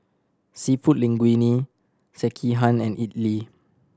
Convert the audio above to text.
Seafood Linguine Sekihan and Idili